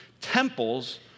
Temples